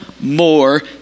more